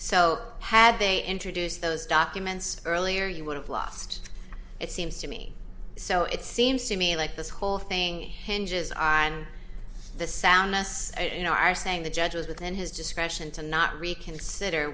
so had they introduced those documents earlier you would have lost it seems to me so it seems to me like this whole thing hinges i on the soundness you know are saying the judge was within his discretion to not reconsider